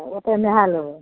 ओतऽ नहाए लेबै